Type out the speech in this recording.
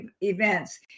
events